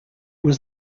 was